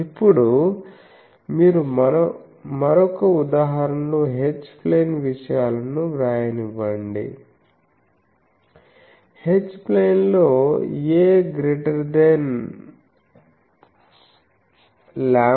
ఇప్పుడు మీరు మరొక ఉదాహరణలో H ప్లేన్ విషయాలను వ్రాయనివ్వండి H ప్లేన్ లో a≫λ